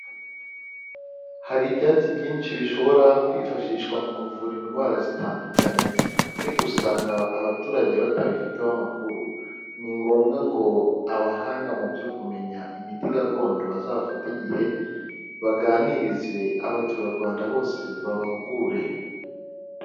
Hari ibyatsi byinshi bishobora kwifashishwa mu kuvura indwara zitandukanye ariko usanga abaturage batabifiteho amakuru, ni ngombwa ngo abahanga mu byo kumenya imiti gakondo bazafate igihe baganirize abaturarwanda bose babahugure.